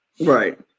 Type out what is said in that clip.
Right